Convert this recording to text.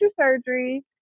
surgery